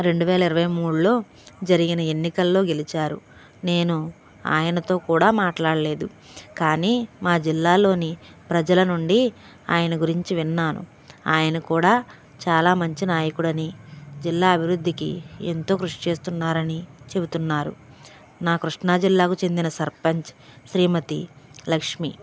రెండువేల ఇరవై మూడులో జరిగిన ఎన్నికలలో గెలిచారు నేను ఆయనతో కూడా మాట్లాడలేదు కానీ మా జిల్లాలోని ప్రజల నుండి ఆయన గురించి విన్నాను ఆయన కూడా చాలా మంచి నాయకుడు అని జిల్లా అభివృద్ధికి ఎంతో కృషి చేస్తున్నారు అని చెబుతున్నారు నా కృష్ణా జిల్లాకు చెందిన సర్పంచ్ శ్రీమతి లక్ష్మి